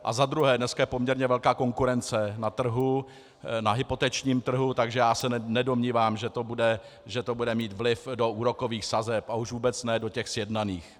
A za druhé, dneska je poměrně velká konkurence na trhu, na hypotečním trhu, takže já se nedomnívám, že to bude mít vliv do úrokových sazeb, a už vůbec ne do těch sjednaných.